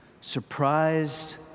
surprised